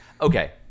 Okay